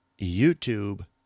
YouTube